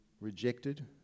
rejected